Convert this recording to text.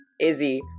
Izzy